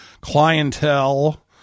clientele